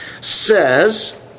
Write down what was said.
says